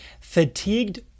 fatigued